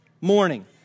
morning